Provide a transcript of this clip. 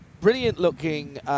Brilliant-looking